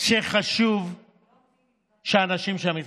שחשוב שאנשים שם יתחסנו.